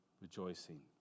rejoicing